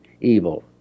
evil